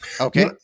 Okay